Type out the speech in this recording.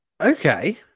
Okay